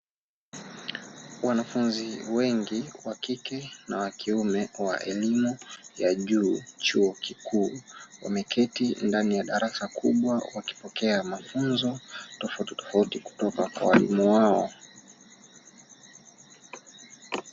Wanafunzi wengi wa kike na wa kiume wa elimu ya juu, chuo kikuu, wameketi ndani ya darasa kubwa wakipokea mafunzo tofautitofauti kutoka kwa walimu wao.